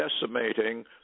decimating